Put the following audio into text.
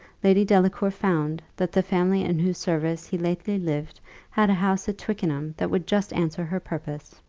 lady delacour found, that the family in whose service he lately lived had a house at twickenham that would just answer her purpose.